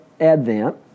Advent